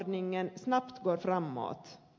värderade talman